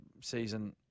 season